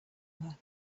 her